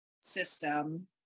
system